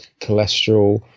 cholesterol